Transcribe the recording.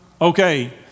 Okay